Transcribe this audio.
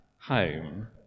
home